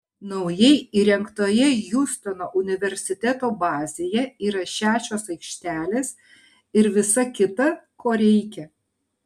naujai įrengtoje hjustono universiteto bazėje yra šešios aikštelės ir visa kita ko reikia